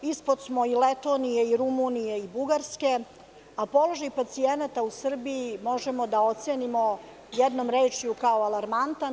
Ispod smo i Letonije i Rumunije i Bugarske, a položaj pacijenata u Srbiji možemo da ocenimo jednom rečju kao alarmantan.